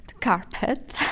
carpet